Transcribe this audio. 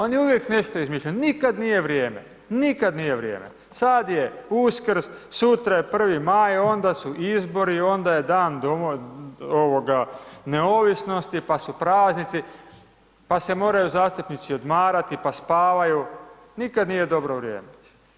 Oni uvijek nešto izmišljaju, nikad nije vrijeme, nikad nije vrijeme, sad je Uskrs, sutra je 1. maj, onda su izbori, onda je Dan neovisnosti, pa su praznici, pa se moraju zastupnici odmarati, pa spavaju, nikad nije dobro vrijeme.